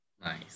Nice